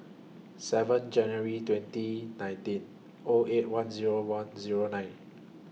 seven January twenty nineteen O eight one Zero one Zero nine